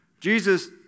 Jesus